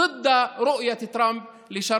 תודה רבה, אדוני היושב-ראש.